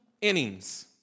innings